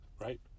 right